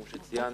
כפי שצוין.